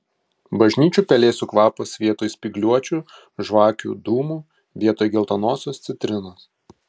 bažnyčių pelėsių kvapas vietoj spygliuočių žvakių dūmų vietoj geltonosios citrinos